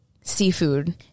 seafood